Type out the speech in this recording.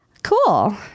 Cool